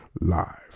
Live